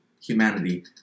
humanity